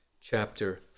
chapter